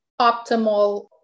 optimal